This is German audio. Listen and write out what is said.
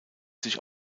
sich